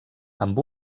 amb